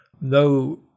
no